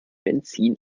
benzin